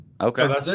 Okay